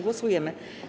Głosujemy.